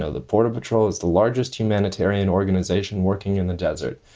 ah the border patrol is the largest humanitarian organization working in the desert,